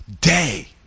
day